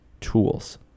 tools